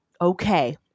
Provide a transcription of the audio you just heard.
okay